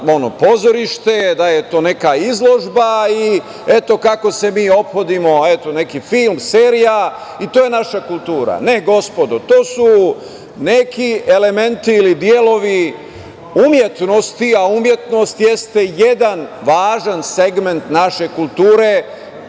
da je to neka izložba, i eto, kako se mi ophodimo, eto, neki film, serija, i to je naša kultura. Ne, gospodo, to su neki elementi ili delovi umetnosti, a umetnost jeste jedan važan segment naše kulture,